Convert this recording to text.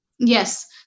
Yes